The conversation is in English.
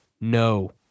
No